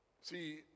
See